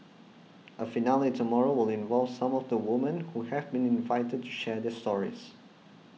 a finale tomorrow will involve some of the women who have been invited to share their stories